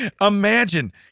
Imagine